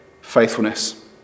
faithfulness